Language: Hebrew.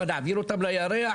מה יעבירו אותם לירח?